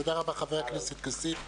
תודה רבה, חבר הכנסת כסיף.